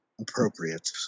appropriate